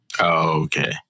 Okay